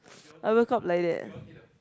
I woke up late